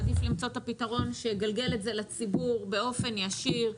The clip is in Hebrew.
עדיף למצוא פתרון שיגלגל את זה לציבור באופן ישיר,